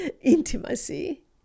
intimacy